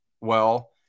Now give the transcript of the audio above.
well-